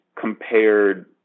compared